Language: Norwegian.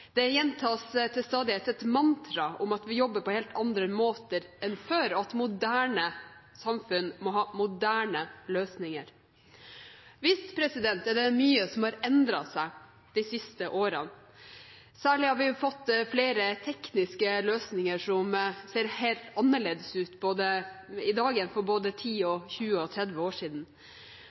Det gjentas til stadighet et mantra om at vi jobber på helt andre måter enn før, og at moderne samfunn må ha moderne løsninger. Visst er det mye som har endret seg de siste årene. Særlig har vi fått flere tekniske løsninger som ser helt annerledes ut i dag enn for både 10, 20 og 30 år siden.